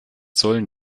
säulen